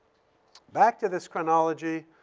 back to this chronology.